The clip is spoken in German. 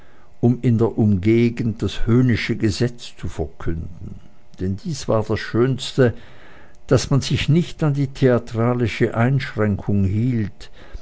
um in der umgegend das höhnische gesetz zu verkünden denn dies war das schönste daß man sich nicht an die theatralische einschränkung hielt